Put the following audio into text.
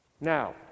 Now